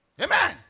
Amen